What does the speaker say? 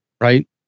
Right